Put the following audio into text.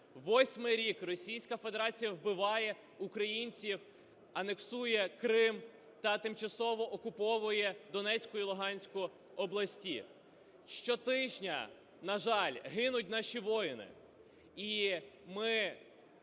Восьмий рік Російська Федерація вбиває українців, анексує Крим та тимчасово окуповує Донецьку і Луганську області. Щотижня, на жаль, гинуть наші воїни. І ми